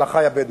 על אחי הבדואים.